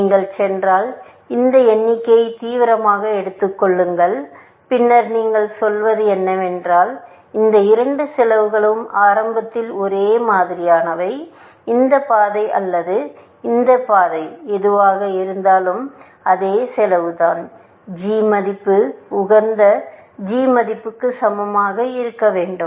நீங்கள் சென்றால் இந்த எண்ணிக்கையை தீவிரமாக எடுத்துக் கொள்ளுங்கள் பின்னர் நீங்கள் சொல்வது என்னவென்றால் இந்த இரண்டு செலவுகளும் ஆரம்பத்தில் ஒரே மாதிரியானவை இந்த பாதை அல்லது இந்த பாதை எதுவாக இருந்தாலும் அதே செலவுதான் g மதிப்பு உகந்த g மதிப்புக்கு சமமாக இருக்க வேண்டும்